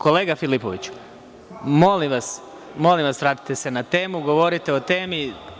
Kolega Filipoviću, molim vas, vratite se na temu, govorite o temi.